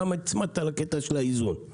למה נצמדת לקטע של האיזון?